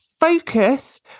focus